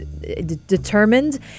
determined